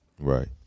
Right